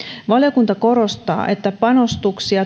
valiokunta korostaa että panostuksia